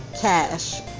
Cash